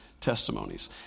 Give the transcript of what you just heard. testimonies